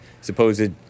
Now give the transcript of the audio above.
supposed